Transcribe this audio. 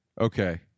Okay